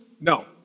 no